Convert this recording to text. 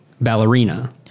Ballerina